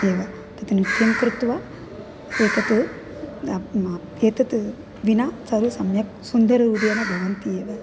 एव तत् नश्यं कृत्वा एतत् एतत् विना सर्वम्यक् सुन्दररुपेण भवन्ति एव